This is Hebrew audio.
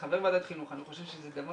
כחבר ועדת חינוך אני חושב שזה דבר